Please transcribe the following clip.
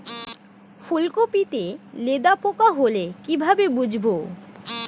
ফুলকপিতে লেদা পোকা হলে কি ভাবে বুঝবো?